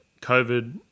COVID